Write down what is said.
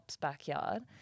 backyard